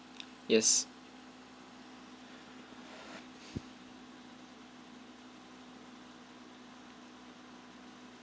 yes